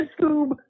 Scoob